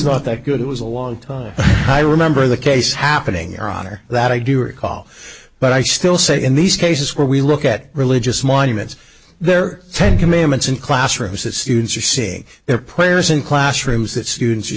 not that good it was a long time i remember the case happening in our honor that i do recall but i still say in these cases where we look at religious monuments there are ten commandments in classrooms that students are seeing their prayers in classrooms that students you